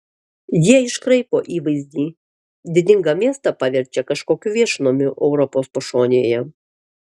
jie iškraipo įvaizdį didingą miestą paverčia kažkokiu viešnamiu europos pašonėje